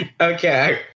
Okay